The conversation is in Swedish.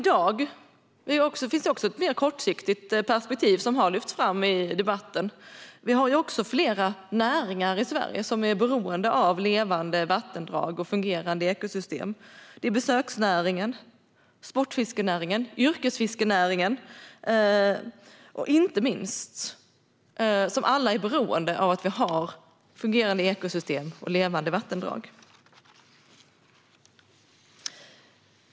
Det finns också ett mer kortsiktigt perspektiv som har lyfts fram i debatten. Vi har flera näringar i Sverige som är beroende av levande vattendrag och fungerande ekosystem. Det är besöksnäringen, sportfiskenäringen och yrkesfiskenäringen, och inte minst är alla beroende av att vi har fungerande ekosystem och levande vattendrag.